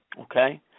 Okay